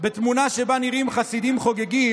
משתמש בשם נועם אייל על תמונה שבה נראים חסידים חוגגים,